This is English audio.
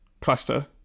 cluster